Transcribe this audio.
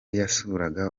yasuraga